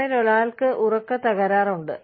നിങ്ങളിൽ ഒരാൾക്ക് ഉറക്ക തകരാറുണ്ട്